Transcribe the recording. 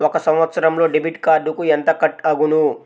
ఒక సంవత్సరంలో డెబిట్ కార్డుకు ఎంత కట్ అగును?